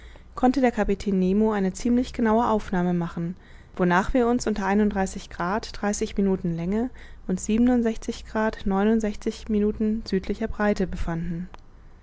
konnte der kapitän nemo eine ziemlich genaue aufnahme machen wonach wir uns unter minuten länger und minuten südlicher breite befanden